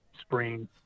spring